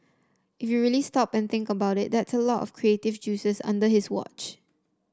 if you really stop and think about it that's a lot of creative juices under his watch